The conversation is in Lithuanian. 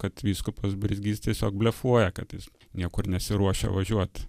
kad vyskupas brizgys tiesiog blefuoja kad jis niekur nesiruošia važiuoti